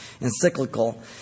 encyclical